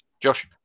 Josh